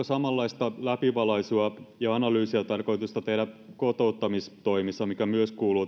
samanlaista läpivalaisua ja analyysia tarkoitusta tehdä kotouttamistoimissa mikä myös kuuluu